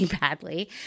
badly